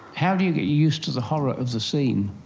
how do you get used to the horror of the scene?